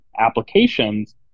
applications